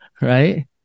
Right